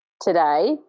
today